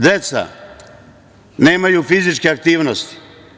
Deca nemaj fizičke aktivnosti.